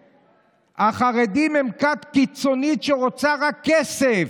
החרדים הם כת קיצונית שרוצה רק כסף.